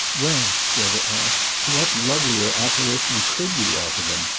well, strether asked, to what lovelier apparition could you offer them?